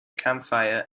campfire